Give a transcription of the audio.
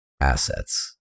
assets